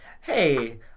hey